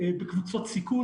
בקבוצות סיכון,